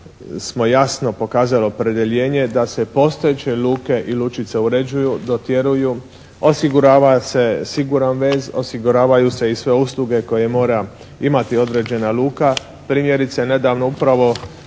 smo jasno pokazali opredjeljenje da se postojeće luke i lučice uređuju, dotjeruju, osigurava se siguran vez, osiguravaju se i sve usluge koje mora imati određena luka. Primjerice nedavno upravo